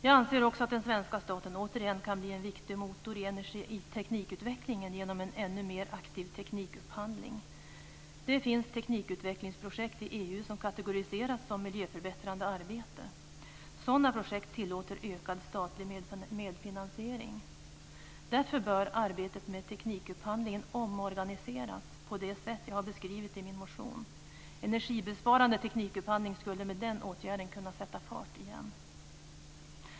Jag anser också att den svenska staten återigen kan bli en viktig motor i teknikutvecklingen genom en ännu mer aktiv teknikupphandling. Det finns teknikutvecklingsprojekt i EU som kategoriseras som miljöförbättrande arbete. Sådana projekt tillåter ökad statlig medfinansiering. Därför bör arbetet med teknikupphandlingen omorganiseras på det sätt jag beskrivit i min motion. Energibesparande teknikupphandling skulle med den åtgärden återigen kunna sätta fart.